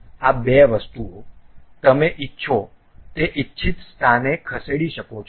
આ બે વસ્તુઓ તમે ઇચ્છો તે ઇચ્છિત સ્થાને ખસેડી શકો છો